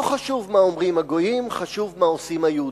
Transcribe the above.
לא חשוב מה אומרים הגויים, חשוב מה עושים היהודים.